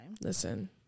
Listen